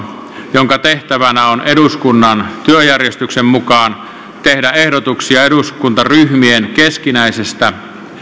jonka tehtävänä on eduskunnan työjärjestyksen mukaan tehdä ehdotuksia eduskuntaryhmien keskinäisestä